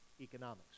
Economics